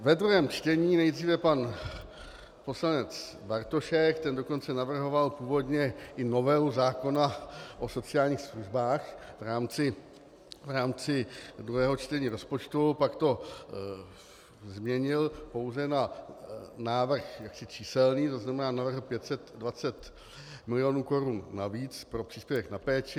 Ve druhém čtení nejdříve pan poslanec Bartošek, ten dokonce navrhoval původně i novelu zákona o sociálních službách v rámci druhého čtení rozpočtu, pak to změnil pouze na návrh jaksi číselný, tzn. navrhl 520 milionů korun navíc pro příspěvek na péči.